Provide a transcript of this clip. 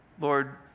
Lord